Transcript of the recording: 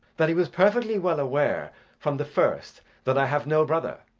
that he was perfectly well aware from the first that i have no brother,